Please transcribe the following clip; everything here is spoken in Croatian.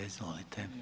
Izvolite.